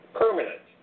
permanent